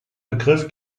begriff